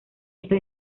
esto